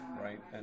right